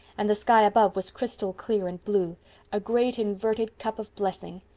and the sky above was crystal clear and blue a great inverted cup of blessing.